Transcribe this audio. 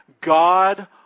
God